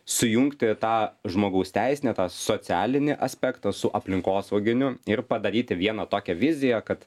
sujungti tą žmogaus teisinį tą socialinį aspektą su aplinkosauginiu ir padaryti vieną tokią viziją kad